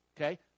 okay